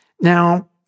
Now